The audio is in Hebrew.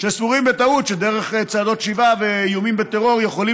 שסבורים בטעות שדרך צעדות שיבה ואיומים בטרור הם יכולים